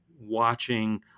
watching